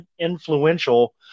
influential